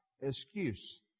excuse